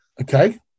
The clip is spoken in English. Okay